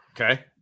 Okay